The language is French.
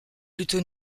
plutôt